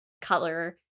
Color